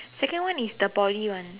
second one is the Poly one